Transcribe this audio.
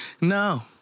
No